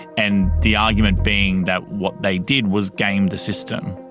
and the argument being that what they did was game the system.